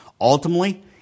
Ultimately